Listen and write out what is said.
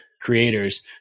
creators